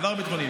עבר ביטחוני.